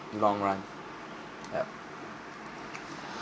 long run ya